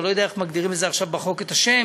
אני לא יודע איך מגדירים בחוק את השם,